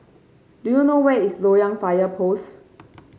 do you know where is Loyang Fire Post